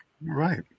Right